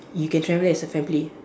you can travel as a family